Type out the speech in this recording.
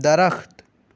درخت